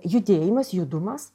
judėjimas judumas